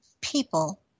people